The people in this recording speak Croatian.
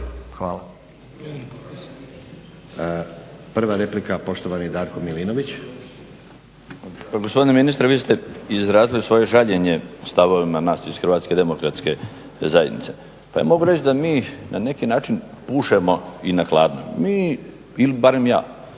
(SDP)** Prva replika, poštovani Darko Milinović.